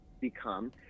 become